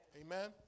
Amen